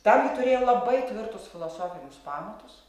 tam ji turėjo labai tvirtus filosofinius pamatus